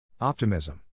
Optimism